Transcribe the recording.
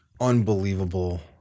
unbelievable